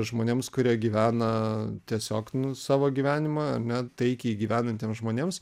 žmonėms kurie gyvena tiesiog nu savo gyvenimą ar ne taikiai gyvenantiems žmonėms